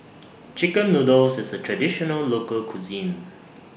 Chicken Noodles IS A Traditional Local Cuisine